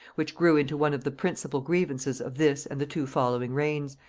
which grew into one of the principal grievances of this and the two following reigns,